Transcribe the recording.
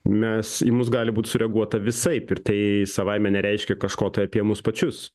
mes į mus gali būt sureaguota visaip ir tai savaime nereiškia kažko tai apie mus pačius